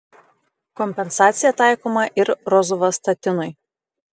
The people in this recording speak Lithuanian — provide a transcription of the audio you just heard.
kompensacija taikoma ir rozuvastatinui